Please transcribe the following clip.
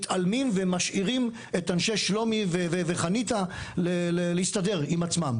מתעלמים ומשאירים את אנשי שלומי וחניתה להסתדר עם עצמם.